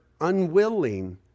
unwilling